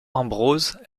ambrose